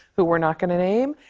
who we're not going to name.